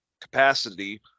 capacity